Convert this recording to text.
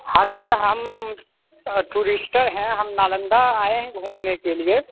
हाँ सर हम टूरिस्टर हैं हम नालंदा आएँ है घूमने के लिए